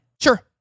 Sure